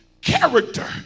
character